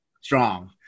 strong